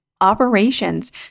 operations